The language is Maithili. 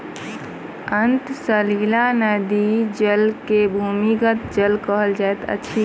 अंतः सलीला नदीक जल के भूमिगत जल कहल जाइत अछि